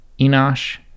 Enosh